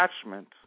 attachment